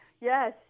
yes